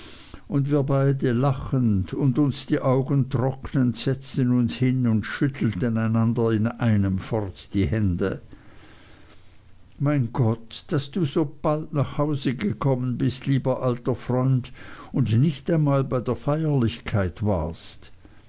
und wir beide lachend und uns die augen trocknend setzten uns hin und schüttelten einander in einem fort die hände mein gott daß du sobald nach hause gekommen bist lieber alter freund und nicht einmal bei der feierlichkeit warst